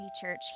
Church